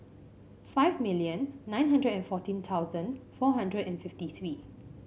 five million nine hundred and fourteen thousand four hundred and fifty three